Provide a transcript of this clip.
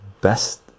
best